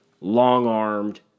long-armed